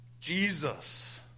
Jesus